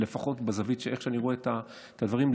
לפחות בזווית שאני רואה את הדברים,